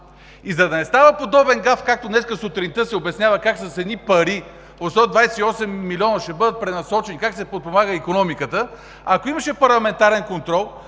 И за да не става подобен гаф, както днес сутринта се обясняваше как едни пари – 128 милиона, ще бъдат пренасочени, как се подпомага икономиката, ако имаше парламентарен контрол,